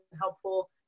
helpful